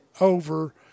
over